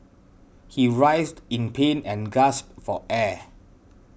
he writhed in pain and gasped for air